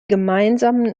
gemeinsamen